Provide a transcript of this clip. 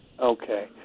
okay